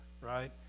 right